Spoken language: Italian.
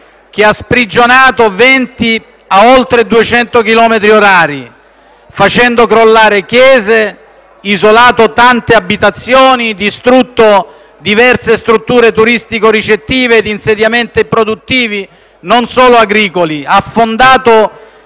che ha sprigionato venti a oltre 200 chilometri orari, facendo crollare chiese, isolati, tante abitazioni; ha distrutto diverse strutture turistico-ricettive, insediamenti produttivi, non solo agricoli, affondato